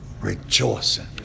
rejoicing